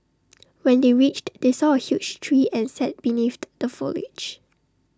when they reached they saw A huge tree and sat beneath the foliage